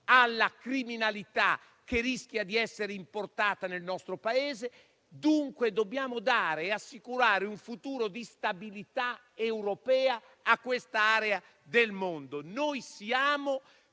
alla criminalità che rischia di essere importata nel nostro Paese. Dunque, dobbiamo assicurare un futuro di stabilità europea a questa area del mondo. Noi siamo